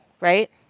right